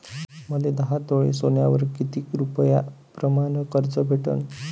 मले दहा तोळे सोन्यावर कितीक रुपया प्रमाण कर्ज भेटन?